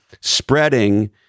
spreading